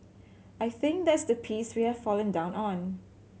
I think that's the piece we have fallen down on